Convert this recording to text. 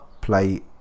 play